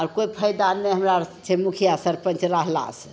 आओर कोइ फायदा नहि हमरा छै मुखिआ सरपञ्च रहलासे